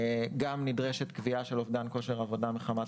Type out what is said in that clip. גם נדרשת קביעה של אובדן כושר עבודה מחמת